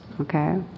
Okay